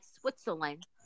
Switzerland